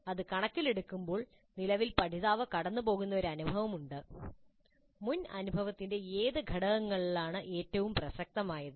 അത് കണക്കിലെടുക്കുമ്പോൾ നിലവിൽ പഠിതാവ് കടന്നുപോകുന്ന ഒരു അനുഭവമുണ്ട് മുൻ അനുഭവത്തിന്റെ ഏത് ഘടകങ്ങളാണ് ഏറ്റവും പ്രസക്തമായത്